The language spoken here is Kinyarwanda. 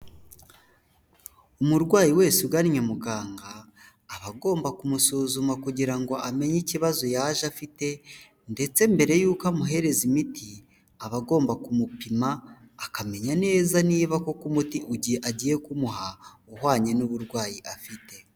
Umurwayi wese ugananye muganga, aba agomba kumusuzuma kugira ngo amenye ikibazo yaje afite ndetse mbere yuko amuhereza imiti, aba agomba kumupima akamenya neza niba koko umuti ugiye agiye kumuha uhwanye n'uburwayi afite.